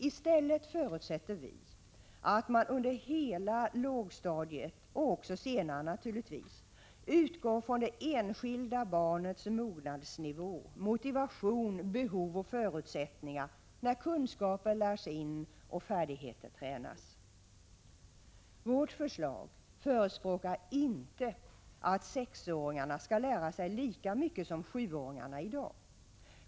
I stället förutsätter vi att man under hela lågstadiet, och även senare naturligtvis, utgår från det enskilda barnets mognadsnivå, motivation, behov och förutsättningar när kunskaper lärs in och färdigheter tränas. I vårt förslag förespråkar vi inte att sexåringarna skall lära sig lika mycket som sjuåringarna i dag.